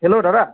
hello দাদা